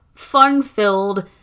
Fun-filled